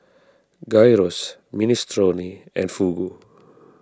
Gyros Minestrone and Fugu